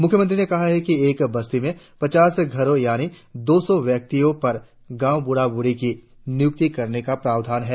मुख्यमंत्री ने कहा कि एक बस्ती में पचास घरों यानी दो सौ व्यक्तियों पर गांव ब्रूढ़ा ब्रूढी की नियुक्ति करने का प्रावधान है